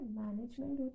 management